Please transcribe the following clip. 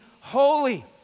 holy